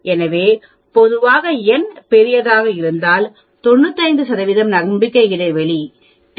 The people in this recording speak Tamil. எனவே பொதுவாக n பெரியதாக இருந்தால் 95 நம்பிக்கை இடைவெளி t மதிப்பு 1